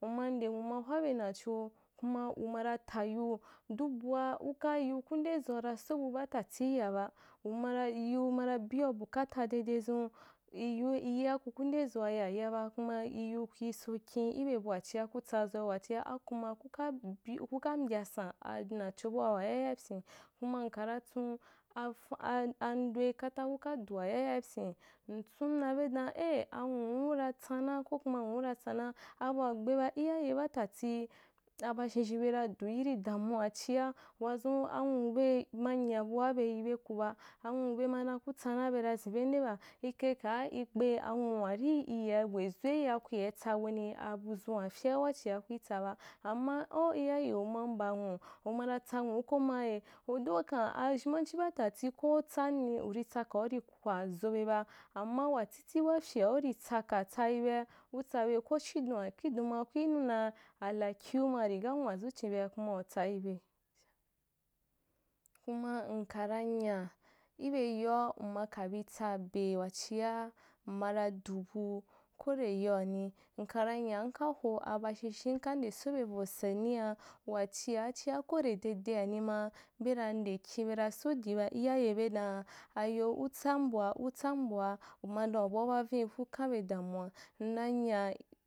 Uma nde nwu mara hwabe nacho kuma umara tayiu duk bua uka yiu kun de zoa ra so bu baatati iyaba, umara yiu mara biyau bukata dede zun, iyiu iyiaku ku nde zoa yaya ba, kuma i yiu ku, so kin ibe bua pyea kutsa zau wachia akuma kuka kuka mbyasan anacho bua waya yaipyia, kuma ndara tsun andoi kata kuka dua yayaipyia, ntsun dau be ko kuma n wum kuna tsana, abua gbe ba iyaye baatati aba zhen zhebe ra du yirì damua avhia. Wazun anwube manga bua bei yibe ku ba, anwube madan ku tsana bena zende ba, ikai gaa igbe anwua ri iya, wezəiya iyaitsa wani, abuzan’a fye awa chia kutsaba, amma au iyayeuma mba nwu, uma na tsanwu komaye, although kam, azhebanchi baatatì ko utsanni uristsakau wafyea urī tsaka tsayibea, utsayibe ko chidon khi don ma ku yinu naa alakuma ri ga nwazu chin bea kuma utsayibe kuma nkara nya ibe yoa m mkabi tsabe wachia mma ra du bu ko nde yoani, nkai ra nya nka ho aba zhenzhem ka ndesə be vi saniya, wachia chia ko nde dedeni maa, bera nde kinbe na so dii ba iyaye be dan ayo u tsam bua utsam bua, uma dan ubauba vin’i ku kan be ɗamua, n nanya.